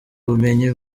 ubumenyi